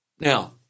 Now